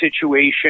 situation